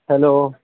hello